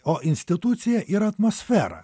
o institucija ir atmosfera